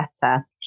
better